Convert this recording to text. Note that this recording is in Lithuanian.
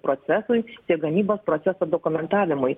procesui tiek gamybos proceso dokumentavimui